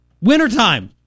Wintertime